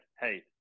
hey